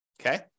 okay